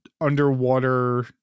underwater